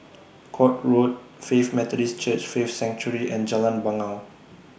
Court Road Faith Methodist Church Faith Sanctuary and Jalan Bangau